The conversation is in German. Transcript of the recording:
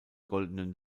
goldenen